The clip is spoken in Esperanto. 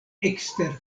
ekster